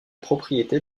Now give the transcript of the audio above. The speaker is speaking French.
propriété